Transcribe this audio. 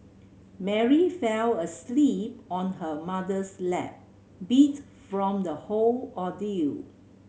Mary fell asleep on her mother's lap beat from the whole ordeal